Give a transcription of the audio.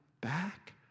back